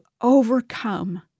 overcome